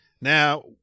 now